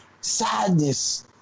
sadness